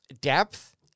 depth